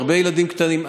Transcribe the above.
הרבה ילדים קטנים.